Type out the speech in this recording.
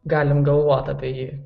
galim galvot apie jį